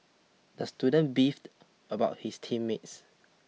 the student beefed about his team mates